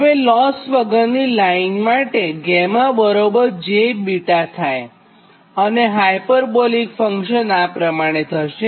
હવે લોસ વગરની લાઇન માટે jβ થાય અને હાયપરબોલિક ફંક્શન આ પ્રમાણે થશે